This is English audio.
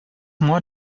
more